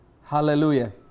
Hallelujah